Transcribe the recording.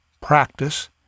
practice